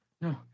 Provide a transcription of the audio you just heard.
no